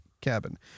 cabin